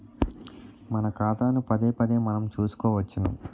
మన ఖాతాను పదేపదే మనం చూసుకోవచ్చును